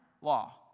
law